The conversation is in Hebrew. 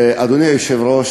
אדוני היושב-ראש,